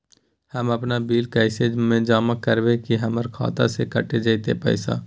हम अपन bill cash म जमा करबै की हमर खाता स कैट जेतै पैसा?